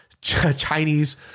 Chinese